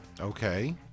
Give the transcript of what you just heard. Okay